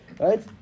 right